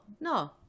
no